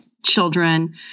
children